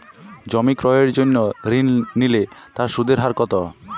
জমি ক্রয়ের জন্য ঋণ নিলে তার সুদের হার কতো?